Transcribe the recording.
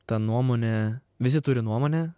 ta nuomonė visi turi nuomonę